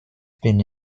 been